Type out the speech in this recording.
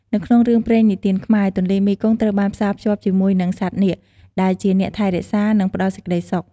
នៅក្នុងរឿងព្រេងនិទានខ្មែរ ទន្លេមេគង្គត្រូវបានផ្សារភ្ជាប់ជាមួយនឹងសត្វនាគ ដែលជាអ្នកថែរក្សា និងផ្ដល់សេចក្ដីសុខ។